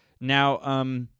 Now